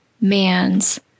man's